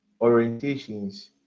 orientations